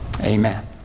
Amen